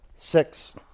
Six